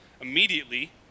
immediately